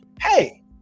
hey